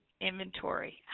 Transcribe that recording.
inventory